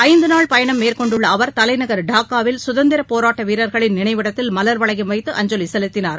ஐந்து நாள் பயணம் மேற்கொண்டுள்ள அவா் தலைநகா் டாக்காவில் சுதந்திர போராட்ட வீரர்களின் நினைவிடத்தில் மலர்வளையம் வைத்து அஞ்சலி செலுத்தினார்